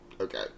okay